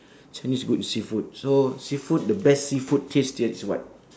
chinese good with seafood so seafood the best seafood tastiest is what